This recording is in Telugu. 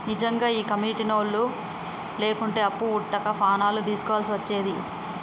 నిజ్జంగా గీ కమ్యునిటోళ్లు లేకుంటే అప్పు వుట్టక పానాలు దీస్కోవల్సి వచ్చేది